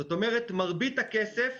זאת אומרת, מרבית הכסף,